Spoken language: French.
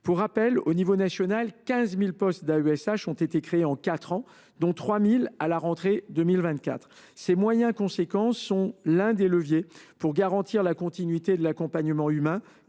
Pour rappel, au niveau national, 15 000 postes d’AESH ont été créés en quatre ans, dont 3 000 à la rentrée 2024. Ces moyens importants sont l’un des leviers permettant de garantir la continuité de l’accompagnement humain,